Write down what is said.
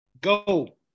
Go